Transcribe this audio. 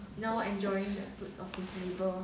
now enjoying the fruits of his labour